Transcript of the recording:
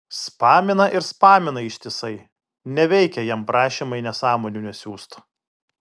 spamina ir spamina ištisai neveikia jam prašymai nesąmonių nesiųst